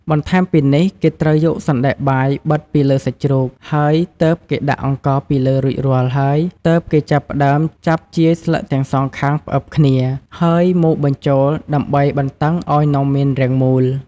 បន្ថែមពីនេះគេត្រូវយកសណ្ដែកបាយបិតពីលើសាច់ជ្រូក ហើយទើបគេដាក់អង្ករពីលើរួចរាល់ហើយ ទើបគេចាប់ផ្តើមចាប់ជាយស្លឹកទាំងសងខាងផ្អឹបគ្នា ហើយមូរបញ្ចូលដើម្បីបន្តឹងឱ្យនំមានរាងមូល។